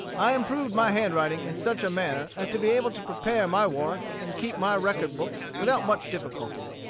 i improved my handwriting in such a manner as to be able to prepare my warrants and keep my record-books without much difficulty.